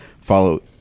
Follow